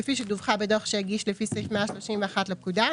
כפי שדווחה בדוח שהגיש לפי סעיף 131 לפקודה,